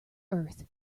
earth